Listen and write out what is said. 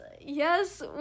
yes